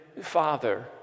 father